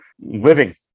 living